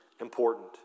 important